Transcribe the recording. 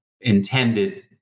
intended